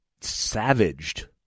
savaged